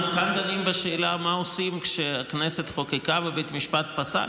אנחנו דנים בשאלה מה עושים כשהכנסת חוקקה ובית המשפט פסל.